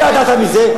לא ידעת מזה.